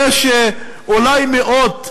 יש אולי מאות,